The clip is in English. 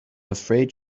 afraid